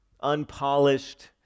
unpolished